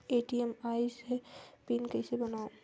ATM आइस ह PIN कइसे बनाओ?